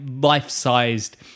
life-sized